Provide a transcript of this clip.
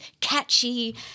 catchy